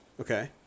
Okay